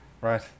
Right